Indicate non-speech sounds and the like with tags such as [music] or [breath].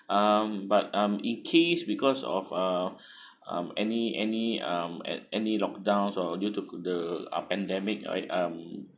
um but um in case because of uh [breath] um any any um at any lock down or due to the uh pandemic right um